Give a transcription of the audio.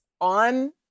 on